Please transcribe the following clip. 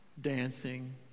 Dancing